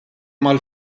mal